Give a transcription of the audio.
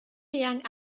eang